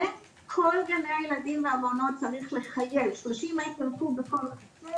וכל גני הילדים והמעונות צריך לחייב 30 מטר קוב.